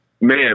man